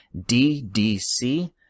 DDC